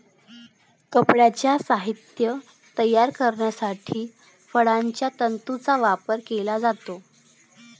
कापडाचे साहित्य तयार करण्यासाठी फळांच्या तंतूंचा वापर केला जातो